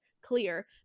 clear